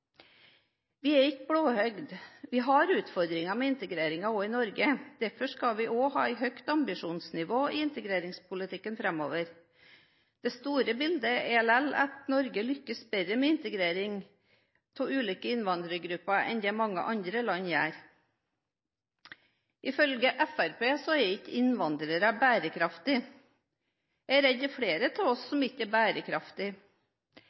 Vi er ikke blåøyde – vi har utfordringer med integreringen også i Norge. Derfor skal vi også ha et høyt ambisjonsnivå i integreringspolitikken framover. Det store bildet er likevel at Norge lykkes bedre med integrering av ulike innvandrergrupper enn det mange andre land gjør. Ifølge Fremskrittspartiet er ikke innvandrere bærekraftig. Jeg er redd det er flere av oss